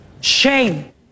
Shame